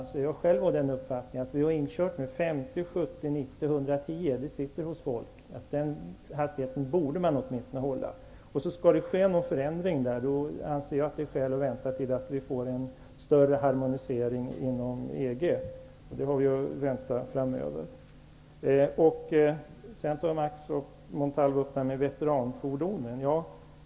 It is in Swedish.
Jag har själv den uppfattningen att vi är inkörda på gränserna vid 50, 70, 90 och 110 km i timmen. Det är inarbetat att man åtminstone borde hålla de hastighetsgränserna. Skall det ske en förändring, anser jag att det är skäl att vänta tills vi får en större harmonisering inom EG, och det är vad vi kan vänta oss framöver. Max Montalvo tog också upp frågan om veteranfordonen.